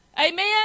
Amen